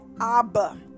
abba